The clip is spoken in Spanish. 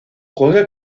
juega